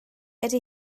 ydy